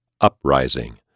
Uprising